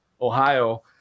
Ohio